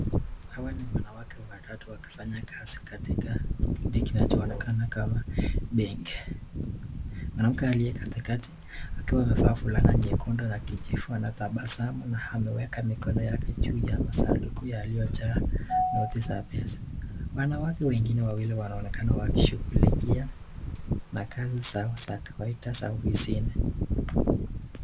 Hawa ni wanawake watatu wakifanya kazi katika kinachoonekana kama benki. Mwanamke aliye katikati akiwa amevaa fulana nyekundu na kijivu anatabasamu na ameweka mikono yake juu ya masanduku yaliyojaa noti za pesa. Wanawake wengine wawili wanaonekana wakishughulikia na kazi zao za kawaida za ofisini.